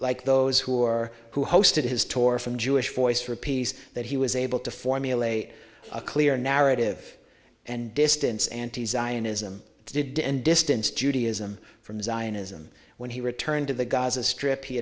like those who are who hosted his tour from jewish voice for peace that he was able to formulate a clear narrative and distance anti zionism to end distance judaism from zionism when he returned to the gaza strip he